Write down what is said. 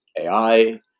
AI